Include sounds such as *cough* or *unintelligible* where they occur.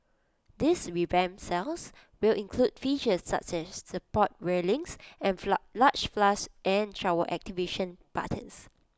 these revamped cells will include features such as support railings and *unintelligible* large flush and shower activation buttons